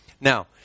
Now